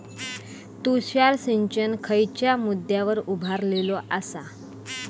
तुषार सिंचन खयच्या मुद्द्यांवर उभारलेलो आसा?